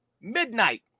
midnight